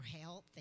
health